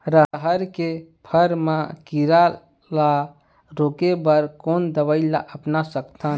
रहर के फर मा किरा रा रोके बर कोन दवई ला अपना सकथन?